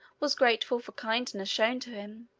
was grateful for kindnesses shown to him,